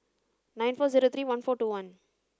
nine four zero three one four two one